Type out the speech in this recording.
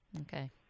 Okay